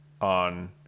on